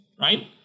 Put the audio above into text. right